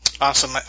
awesome